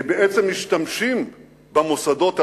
כי בעצם משתמשים במוסדות הללו,